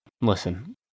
Listen